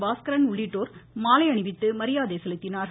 பாஸ்கரன் உள்ளிட்டோர் மாலை அணிவித்து மரியாதை செலுத்தினார்கள்